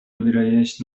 ویرایش